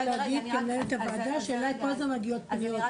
להגיד כמנהלת הוועדה שאליי כל הזמן מגיעות פניות,